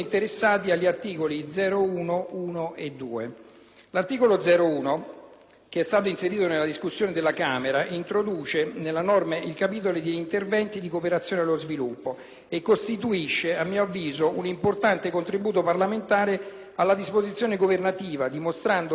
2. L'articolo 01, inserito nel corso dell'esame presso la Camera, introduce nella norma un capitolo concernente gli interventi di cooperazione allo sviluppo e costituisce, a mio avviso, un importante contributo parlamentare alla disposizione governativa, dimostrando in tal modo che il Governo dovrebbe avvalersi maggiormente del contributo delle